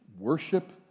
worship